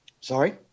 Sorry